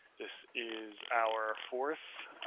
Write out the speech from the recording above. this is our fourth.